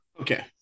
okay